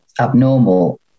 abnormal